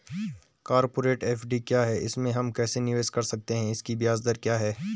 Corporate FD क्या है इसमें हम कैसे निवेश कर सकते हैं इसकी ब्याज दर क्या है?